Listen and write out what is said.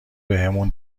بهمون